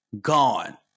gone